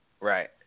right